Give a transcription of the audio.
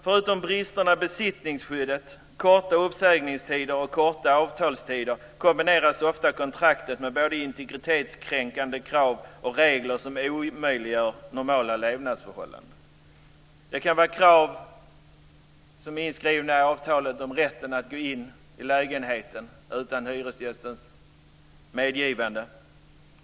Förutom brister i besittningsskyddet, korta uppsägningstider och korta avtalstider kombineras ofta kontraktet med både integritetskränkande krav och regler som omöjliggör normala levnadsförhållanden. Det kan vara krav inskrivna i avtalet om rätt att gå in i lägenheten utan hyresgästens medgivande.